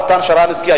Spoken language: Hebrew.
נתן שרנסקי,